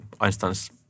Einstein's